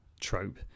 trope